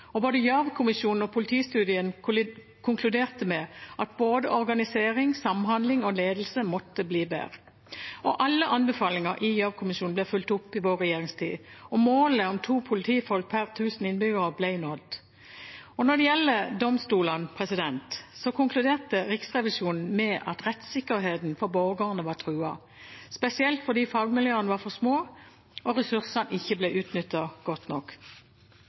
og både Gjørv-kommisjonen og politistudien konkluderte med at både organisering, samhandling og ledelse måtte bli bedre. Alle anbefalinger fra Gjørv-kommisjonen ble fulgt opp i vår regjeringstid, og målet om 2 politifolk per 1 000 innbyggere ble nådd. Når det gjelder domstolene, konkluderte Riksrevisjonen med at rettsikkerheten for borgerne var truet, spesielt fordi fagmiljøene var for små og ressursene ikke ble utnyttet godt nok.